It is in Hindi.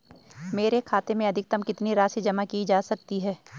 मेरे खाते में अधिकतम कितनी राशि जमा की जा सकती है?